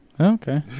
Okay